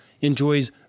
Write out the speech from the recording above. enjoys